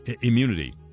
immunity